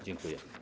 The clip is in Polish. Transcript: Dziękuję.